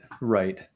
right